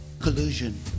collusion